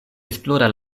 esplora